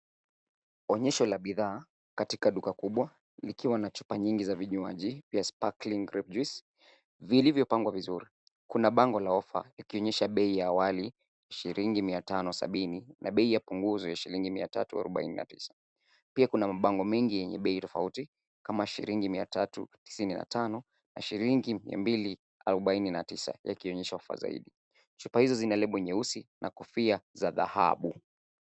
Onyesho la bidhaa katika duka kubwa likiwa na chupa nyingi za vinywaji vya sparkling grape juice vilivyopangwa vizuri. Kuna bango la ofa likionyesha bei ya awali shilingi 570 na bei ya punguzo ya shilingi 349. Pia kuna mabango mengi yenye bei tofauti kama shilingi 395 na shilingi 249 yakionyeshwa kwa zaidi. Chupa hizo zina lebo nyeusi na kofia za dhahabu.